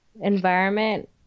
environment